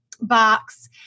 box